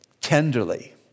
tenderly